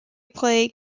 play